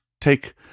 take